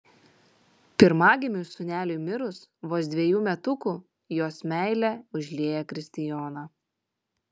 pirmagimiui sūneliui mirus vos dvejų metukų jos meilė užlieja kristijoną